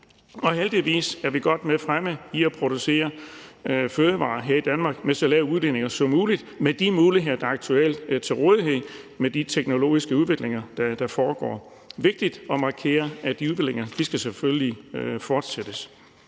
og heldigvis er vi godt med fremme her i Danmark med at producere fødevarer med så lav udledning som muligt med de muligheder, der aktuelt er til rådighed med de teknologiske udviklinger, der foregår. Det er vigtigt at markere, at de udviklinger selvfølgelig skal fortsættes.